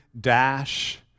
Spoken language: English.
dash